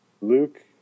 Luke